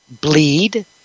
bleed